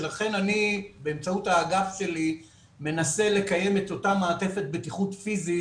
שלכן אני באמצעות האגף שלי מנסה לקיים את אותה מעטפת בטיחות פיזית